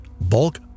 bulk